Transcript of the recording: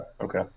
Okay